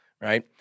right